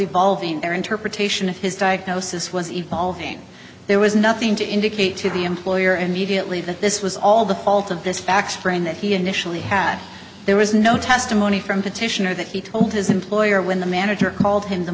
evolving their interpretation of his diagnosis was evolving there was nothing to indicate to the employer immediately that this was all the fault of this fact that he initially had there was no testimony from petitioner that he told his employer when the manager called him the